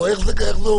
איך זה עובד?